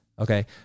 Okay